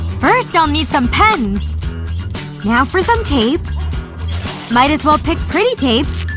first, i'll need some pens now for some tape might as well pick pretty tape